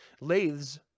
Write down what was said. Lathes